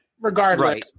regardless